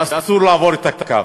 ואסור לעבור את הקו,